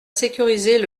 sécuriser